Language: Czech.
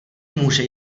může